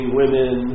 women